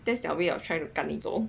that's their way of trying to 赶你走